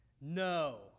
No